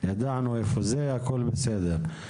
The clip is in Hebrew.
ידענו איפה זה, הכל בסדר,